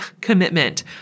commitment